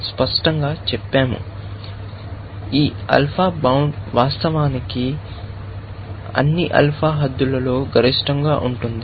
మీరు చెప్పినప్పుడు ఈ ఆల్ఫా బౌండ్ వాస్తవానికి అన్ని ఆల్ఫా హద్దులలో గరిష్టంగా ఉంటుంది